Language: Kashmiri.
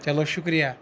چلو شُکریہ